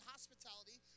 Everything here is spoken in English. Hospitality